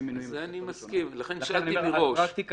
צהריים טובים, חברותיי